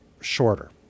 shorter